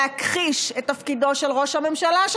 להכחיש את תפקידו של ראש הממשלה,